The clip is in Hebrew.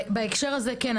בהקשר הזה כן,